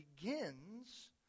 begins